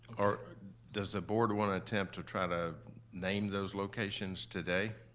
or does the board want to attempt to try to name those locations today?